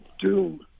doom